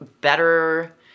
better